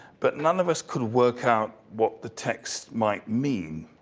but none of us could work out what the text might mean.